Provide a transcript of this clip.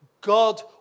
God